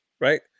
right